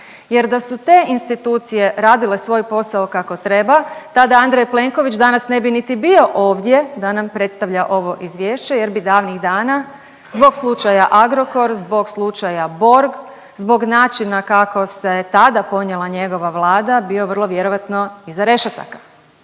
jer da su te institucije radile svoj posao kako treba, tada Andrej Plenković danas ne bi niti bio ovdje da nam predstavlja ovo izvješće jer bi davnih dana zbog slučaja Agrokor, zbog slučaja Borg, zbog načina kako se tada ponijela njegova vlada bio vrlo vjerojatno iza rešetaka.